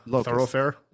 thoroughfare